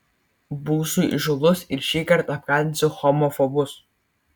būsiu įžūlus ir šįkart apkaltinsiu homofobus